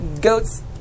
Goats